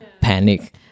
panic